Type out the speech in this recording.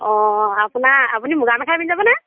অ' আপোনাৰ আপুনি মুগা মেখেলা পিন্ধি যাবনে